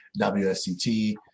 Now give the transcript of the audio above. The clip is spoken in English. WSCT